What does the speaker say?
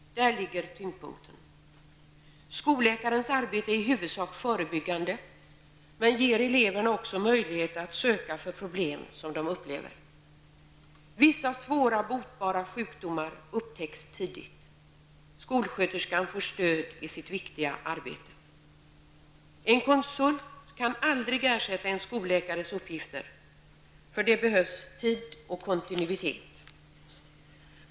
Där ligger tyngdpunkten. Skolläkarens arbete är i huvudsak förebyggande, men ger också eleverna möjlighet att söka för problem som de upplever. Vissa svåra botbara sjukdomar upptäcks tidigt. Skolsköterskan får stöd i sitt viktiga arbete. En konsult kan aldrig ersätta skolläkarens uppgift, för det behövs tid och kontinuitet.